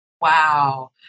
Wow